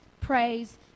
praise